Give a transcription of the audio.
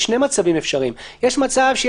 יש שני מצבים אפשריים: במצב אחד יש